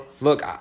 Look